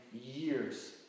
years